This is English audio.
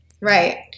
Right